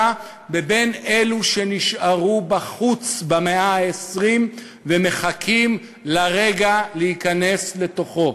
ובין אלו שנשארו בחוץ במאה ה-20 ומחכים לרגע להיכנס לתוכו.